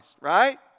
Right